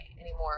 anymore